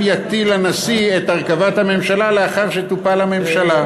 יטיל הנשיא את הרכבת הממשלה לאחר שתופל הממשלה.